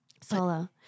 solo